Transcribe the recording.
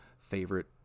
favorite